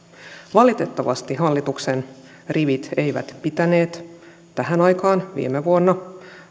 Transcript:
valitettavasti hallituksen rivit eivät pitäneet tähän aikaan viime vuonna